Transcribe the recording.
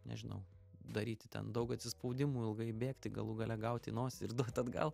nežinau daryti ten daug atsispaudimų ilgai bėgti galų gale gaut į nosį ir duot atgal